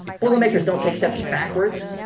boilermakers don't take steps backwards.